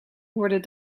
worden